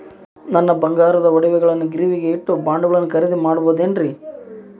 ನನ್ನ ಬಂಗಾರದ ಒಡವೆಗಳನ್ನ ಗಿರಿವಿಗೆ ಇಟ್ಟು ಬಾಂಡುಗಳನ್ನ ಖರೇದಿ ಮಾಡಬಹುದೇನ್ರಿ?